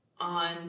on